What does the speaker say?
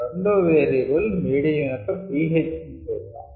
రెండో variable medium యొక్క pH ను చూద్దాం